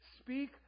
speak